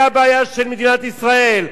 זה הבעיה של מדינת ישראל,